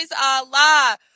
Allah